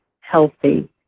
healthy